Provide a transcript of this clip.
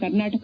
Karnataka